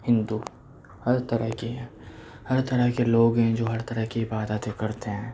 ہندو ہر طرح کے ہیں ہر طرح کے لوگ ہیں جو ہر طرح کی عبادتیں کرتے ہیں